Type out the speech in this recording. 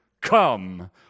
Come